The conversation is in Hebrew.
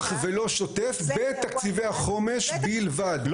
ולא שוטף בתקציבי החומש בלבד --- ב-,